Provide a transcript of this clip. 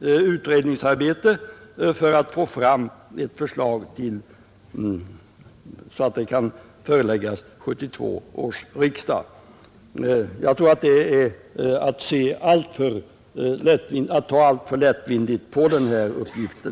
utredningsarbete för att få fram ett förslag till 1972 års riksdag. Jag tror att detta är att ta alltför lättvindigt på denna uppgift.